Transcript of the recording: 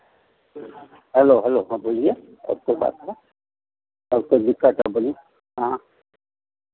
hello hello हाँ बोलिए और कोई बात है और कोई दिक्कत आप बोलिए हाँ